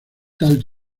tal